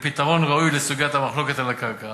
לפתרון ראוי לסוגיית המחלוקת על הקרקע